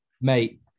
Mate